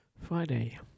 Friday